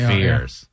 Fears